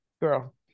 girl